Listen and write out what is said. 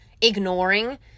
ignoring